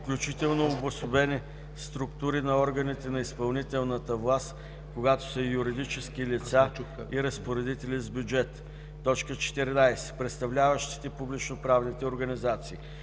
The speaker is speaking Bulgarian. включително обособени структури на органите на изпълнителната власт, когато са юридически лица и разпоредители с бюджет; 14. представляващите публичноправните организации;